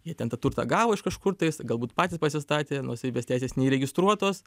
jie ten tą turtą gavo iš kažkur tais galbūt patys pasistatė nuosavybės teisės neįregistruotos